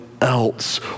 else